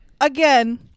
again